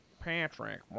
Patrick